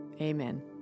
Amen